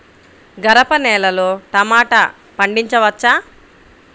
గరపనేలలో టమాటా పండించవచ్చా?